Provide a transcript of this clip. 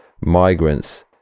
migrants